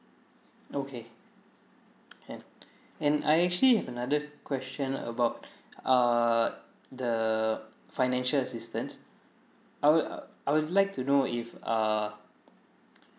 okay can and I actually have another question about err the financial assistant I would uh I would like to know if err